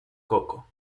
coco